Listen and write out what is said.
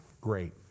Great